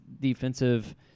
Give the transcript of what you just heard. defensive